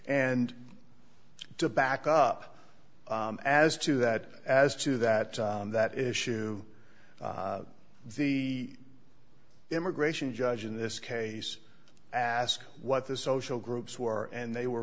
and to back up as to that as to that that issue the immigration judge in this case asked what the social groups were and they were